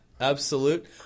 absolute